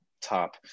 top